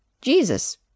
Jesus